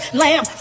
lamb